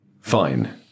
fine